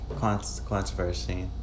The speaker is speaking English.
Controversy